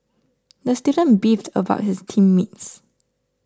the student beefed about his team mates